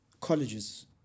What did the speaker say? colleges